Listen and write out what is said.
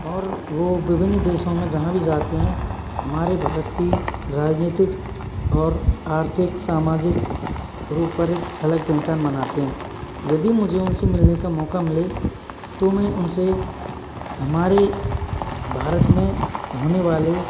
और वो विभिन्न देशों में जहाँ भी जाते हैं हमारे भारत की राजनीतिक और आर्थिक सामाजिक रूप पर एक अलग पहचान बनाते हैं यदि मुझे उनसे मिलने का मौका मिले तो मैं उनसे हमारे भारत में होने वाले